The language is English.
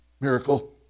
miracle